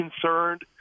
concerned